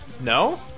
No